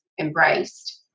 embraced